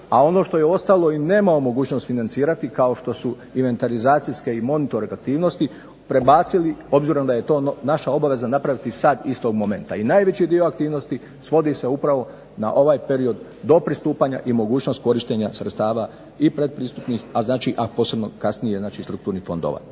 a ono što je ostalo i nemamo mogućnost financirati, kao što su invertazacijske i …/Govornik se ne razumije./… aktivnosti prebacili, obzirom da je to naša obaveza napraviti sad istog momenta, i najveći dio aktivnosti svodi se upravo na ovaj period do pristupanja i mogućnost korištenja sredstava i pretpristupnih, a znači a posebno kasnije znači strukturnih fondova.